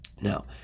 Now